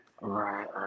Right